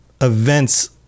events